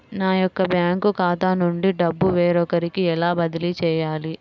నా యొక్క బ్యాంకు ఖాతా నుండి డబ్బు వేరొకరికి ఎలా బదిలీ చేయాలి?